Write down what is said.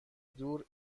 دور